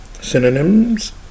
Synonyms